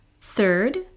Third